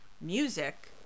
music